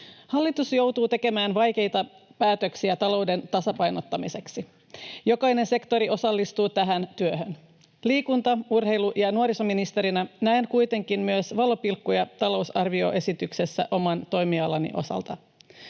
Hallitus joutuu tekemään vaikeita päätöksiä talouden tasapainottamiseksi. Jokainen sektori osallistuu tähän työhön. Liikunta-, urheilu- ja nuorisoministerinä näen kuitenkin myös valopilkkuja talousarvioesityksessä oman toimialani osalta.